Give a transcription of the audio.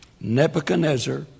Nebuchadnezzar